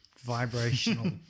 vibrational